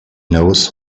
knows